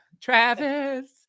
Travis